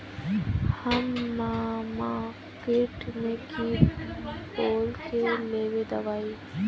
हम मार्किट में की बोल के लेबे दवाई?